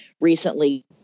recently